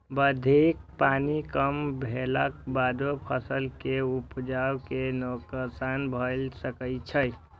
बाढ़िक पानि कम भेलाक बादो फसल के उपज कें नोकसान भए सकै छै